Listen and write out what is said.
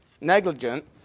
negligent